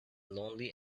lonely